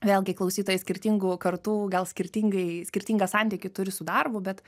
vėlgi klausytojai skirtingų kartų gal skirtingai skirtingą santykį turi su darbu bet